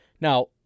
Now